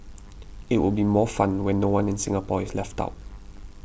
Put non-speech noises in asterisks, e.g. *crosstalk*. *noise* it will be more fun when no one in Singapore is left out